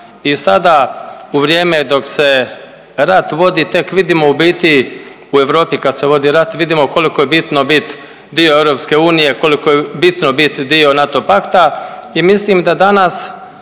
i sada u vrijeme dok se rat vodi tek vidimo u biti, u Europi kad se vodi rat, vidimo koliko je bitno bit dio EU, koliko je bitno bit dio NATO pakta i mislim da danas